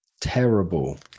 terrible